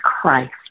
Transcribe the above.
Christ